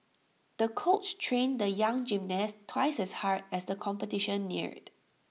the coach trained the young gymnast twice as hard as the competition neared